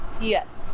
Yes